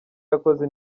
yakoze